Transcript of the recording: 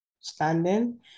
standing